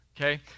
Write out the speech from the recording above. Okay